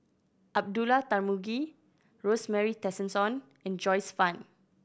Abdullah Tarmugi Rosemary Tessensohn and Joyce Fan